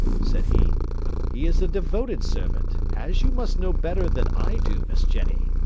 said he he is a devoted servant, as you must know better than i do, miss jenny.